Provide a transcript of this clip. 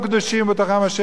מדוע תתנשאו?